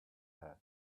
had